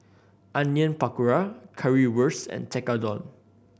Onion Pakora Currywurst and Tekkadon